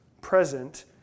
present